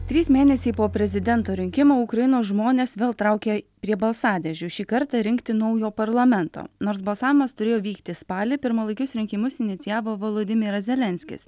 trys mėnesiai po prezidento rinkimų ukrainos žmonės vėl traukia prie balsadėžių šį kartą rinkti naujo parlamento nors balsavimas turėjo vykti spalį pirmalaikius rinkimus inicijavo volodymyras zelenskis